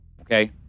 okay